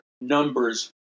numbers